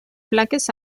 plaques